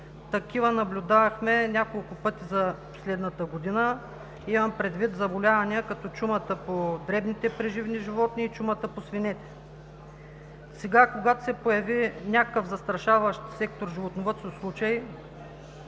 Такива наблюдавахме няколко пъти за последната година, имам предвид заболявания като чумата по дребните преживни животни и чумата по свинете. Сега, когато се появи някакъв застрашаващ сектор „Животновъдство“ случай,